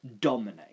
dominate